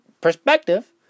perspective